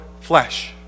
flesh